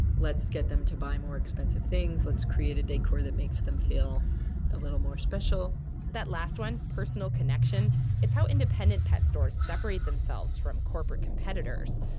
let's get them to buy more expensive things let's create a decor that makes them feel a little more special that last one personal connection it's how independent pet stores separate themselves from corporate competitors.